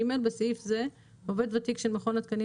(ג)בסעיף זה, "עובד ותיק של מכון התקנים